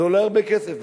זה עולה הרבה כסף.